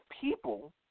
people